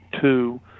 two